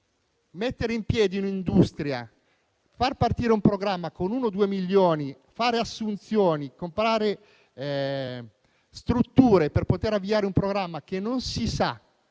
Mettere in piedi un'industria, far partire un programma con 1 o 2 milioni, fare assunzioni, comprare strutture per poter avviare un programma che non si sa